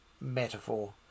metaphor